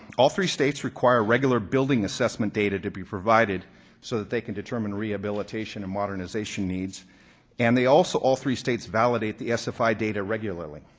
all three states require regular building assessment data to be provided so that they can determine rehabilitation and modernization needs and also all three states validate the sfi data regularly.